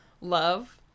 love